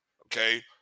okay